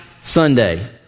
sunday